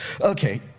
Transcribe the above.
okay